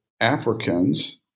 Africans